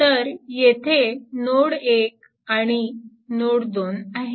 तर येथे नोड 1 आणि नोड 2 आहेत